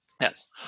Yes